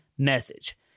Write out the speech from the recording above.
message